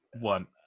one